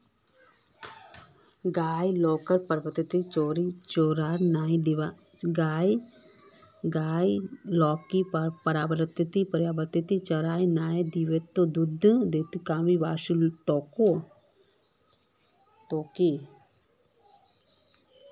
गाय लाक पर्याप्त चारा नइ दीबो त दूधत कमी वस तोक